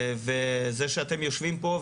זה שאתם יושבים פה,